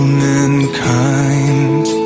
mankind